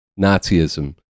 Nazism